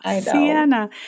Sienna